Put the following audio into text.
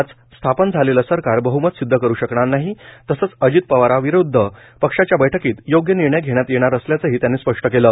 आज स्थापन झालेलं सरकार बहमत सिध्द करू शकणार नाही तसेच अजित पवाराविरूध्द पक्षाच्या बैठकीत योग्य निर्णय घेण्यात येणार असल्याच त्यांनी स्पष्ट केलं